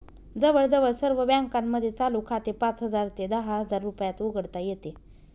जवळजवळ सर्व बँकांमध्ये चालू खाते पाच हजार ते दहा हजार रुपयात उघडता येते